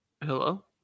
Hello